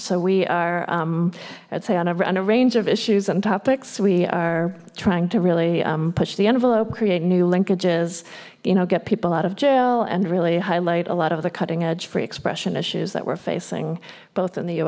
so we are i'd say on a run a range of issues and topics we are trying to really push the envelope create new linkages you know get people out of jail and really highlight a lot of the cutting edge free expression issues that we're facing both in the u